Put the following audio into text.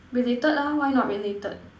related lah why not related